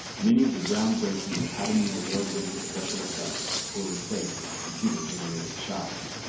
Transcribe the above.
many of the groundbreaking academy award-winning special effects were replaced with computer-generated shots,